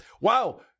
Wow